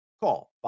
Call